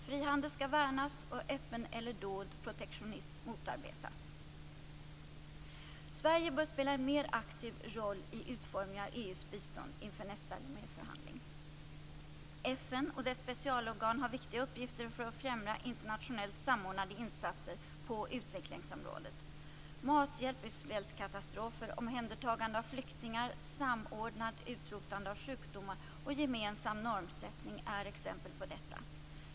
Frihandel skall värnas och öppen eller dold protektionism motarbetas. Sverige bör spela en mer aktiv roll i utformningen av EU:s bistånd inför nästa Loméförhandling. FN och dess specialorgan har viktiga uppgifter för att främja internationellt samordnade insatser på utvecklingsområdet. Mathjälp vid svältkatastrofer, omhändertagande av flyktingar, samordnat utrotande av sjukdomar och gemensam normsättning är exempel på detta.